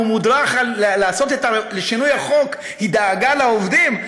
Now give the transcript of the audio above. בשינוי החוק היא דאגה לעובדים,